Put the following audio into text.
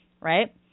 right